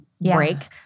break